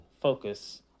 focus